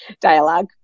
dialogue